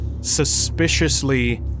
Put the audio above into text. suspiciously